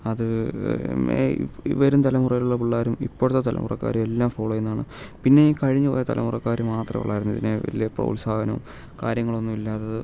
അത് ഈ വരും തല മുറയിലുള്ള പിള്ളേരും ഇപ്പോഴത്തെ തലമുറക്കാരും എല്ലാം ഫോളോ ചെയ്യുന്നതാണ് പിന്നെ ഈ കഴിഞ്ഞ് പോയ തലമുറക്കാരും മാത്രമുള്ളതായിരുന്നു ഇതിന് വലിയ പ്രോത്സാഹനം കാര്യങ്ങളൊന്നും ഇല്ലാത്തത്